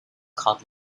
called